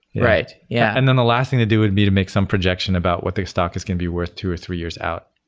right. yeah. and then the last thing to do would be to make some projection about what the stock is going to be worth two or three years out,